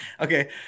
Okay